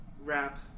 rap